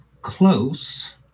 close